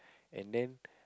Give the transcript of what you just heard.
and then